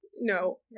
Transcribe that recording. no